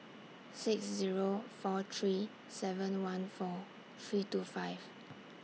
six Zero four three seven one four three two five